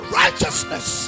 righteousness